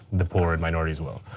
the poor and minorities well